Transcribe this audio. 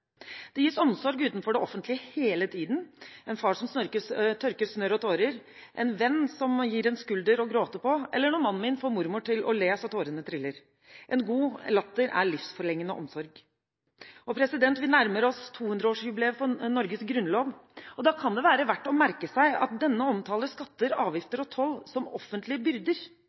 Det gis omsorg utenfor det offentlige hele tiden – en far som tørker snørr og tårer, en venn som gir en skulder å gråte på, eller når mannen min får mormor til å le så tårene triller. En god latter er livsforlengende omsorg. Vi nærmer oss 200-årsjubileet for Norges grunnlov, og da kan det være verdt å merke seg at denne omtaler skatter, avgifter og toll som offentlige byrder.